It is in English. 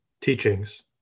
teachings